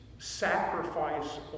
Sacrifice